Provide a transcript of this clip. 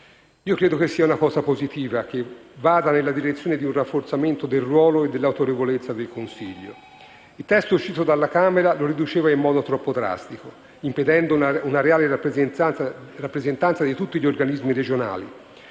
Credo che sia una cosa positiva che vada nella direzione di un rafforzamento del ruolo e dell'autorevolezza del Consiglio. Il testo uscito dalla Camera lo riduceva in modo troppo drastico, impedendo una reale rappresentanza di tutti gli organismi regionali